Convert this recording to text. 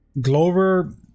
Glover